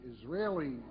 Israeli